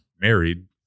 married